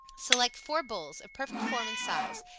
select four bulls, of perfect form and size,